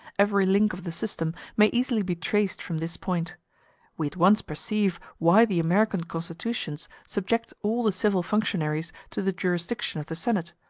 every link of the system may easily be traced from this point we at once perceive why the american constitutions subject all the civil functionaries to the jurisdiction of the senate,